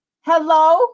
Hello